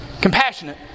Compassionate